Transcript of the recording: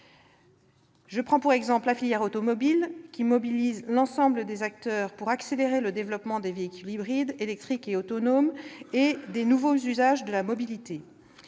Je prendrai l'exemple de la filière automobile, qui mobilise l'ensemble des acteurs pour accélérer le développement des véhicules hybrides, électriques et autonomes, ainsi que des nouveaux usages de la mobilité.